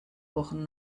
wochen